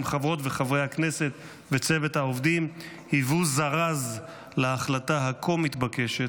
חברות וחברי הכנסת וצוות העובדים היוו זרז להחלטה הכה-מתבקשת,